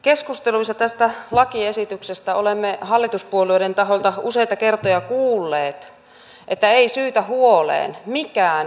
keskusteluissa tästä lakiesityksestä olemme hallituspuolueiden tahoilta useita kertoja kuulleet että ei syytä huoleen mikään ei muutu